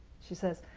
she says,